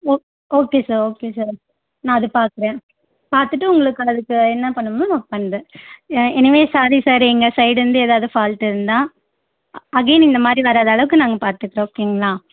ஓ okay sir okay sir நான் அதை பார்க்குறேன் பார்த்துட்டு உங்களுக்கு அடுத்து என்ன பண்ணணுமோ நான் பண்ணுறேன் ஏ எனிவே சாரி சார் எங்கள் சைடுலிருந்து ஏதாவது ஃபால்டு இருந்தால் அ அகேன் இந்த மாதிரி வராத அளவுக்கு நாங்கள் பார்த்துக்குறோம் ஓகேங்களா